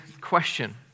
question